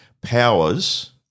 powers